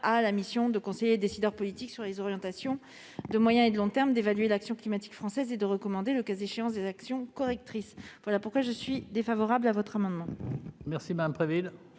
a pour mission de conseiller les décideurs politiques sur les orientations de moyen et long terme, d'évaluer l'action climatique française et de recommander, le cas échéant, des actions correctrices. Le Gouvernement est donc défavorable à cet amendement.